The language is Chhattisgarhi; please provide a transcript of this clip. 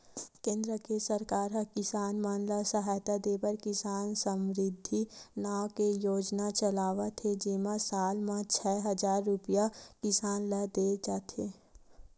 केंद्र के सरकार ह किसान मन ल सहायता देबर किसान समरिद्धि नाव के योजना चलावत हे जेमा साल म छै हजार रूपिया किसान ल दे जाथे